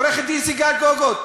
עורכת-דין סיגל קוגוט,